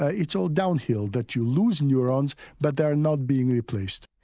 ah it's all downhill, that you lose neurons but they are not being replaced.